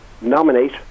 nominate